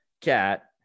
cat